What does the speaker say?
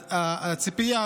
הציפייה,